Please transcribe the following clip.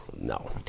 No